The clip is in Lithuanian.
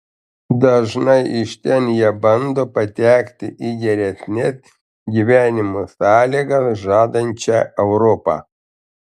dažnai iš ten jie bando patekti į geresnes gyvenimo sąlygas žadančią europą